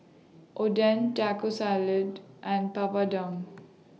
Oden Taco Salad and Papadum